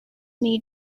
need